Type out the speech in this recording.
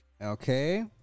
okay